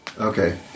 Okay